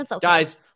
Guys